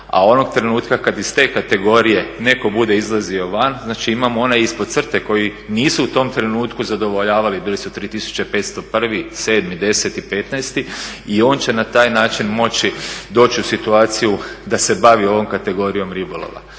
a onog trenutka kada iz te kategorije netko bude izlazio van znači imamo onaj ispod crte koji nisu u tom trenutku zadovoljavali, bili su 3.501, 7., 10., 15.i on će na taj način moći doći u situaciju da se bavi ovom kategorijom ribolova.